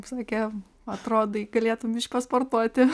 sakė atrodai galėtum pasportuoti